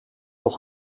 nog